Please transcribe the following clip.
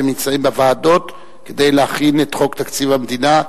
והם נמצאים בוועדות כדי להכין את חוק תקציב המדינה.